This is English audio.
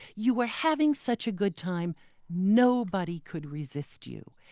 you were having such a good time nobody could resist you.